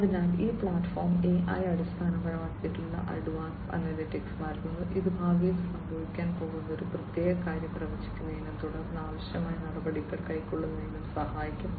അതിനാൽ ഈ platform AI അടിസ്ഥാനമാക്കിയുള്ള അഡ്വാൻസ്ഡ് അനലിറ്റിക്സ് നൽകുന്നു ഇത് ഭാവിയിൽ സംഭവിക്കാൻ പോകുന്ന ഒരു പ്രത്യേക കാര്യം പ്രവചിക്കുന്നതിനും തുടർന്ന് ആവശ്യമായ നടപടികൾ കൈക്കൊള്ളുന്നതിനും സഹായിക്കും